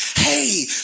hey